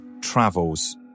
travels